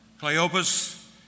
Cleopas